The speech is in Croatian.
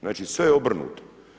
Znači sve je obrnuto.